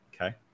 okay